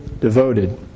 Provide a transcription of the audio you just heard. devoted